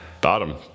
bottom